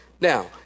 Now